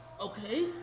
Okay